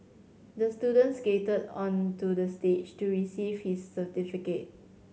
the student skated onto the stage to receive his certificate